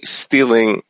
stealing